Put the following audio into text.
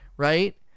Right